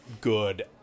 good